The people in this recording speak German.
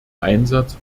einsatz